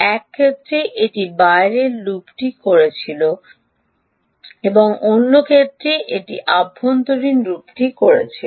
এক ক্ষেত্রে এটি বাইরের লুপটি করছিল এবং অন্য ক্ষেত্রে এটি অভ্যন্তরীণ লুপটি করছিল